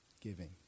giving